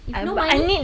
if no money